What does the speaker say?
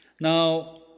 Now